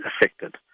affected